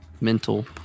mental